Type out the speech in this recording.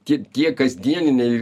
tie tie kasdieniniai